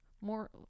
more